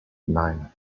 nine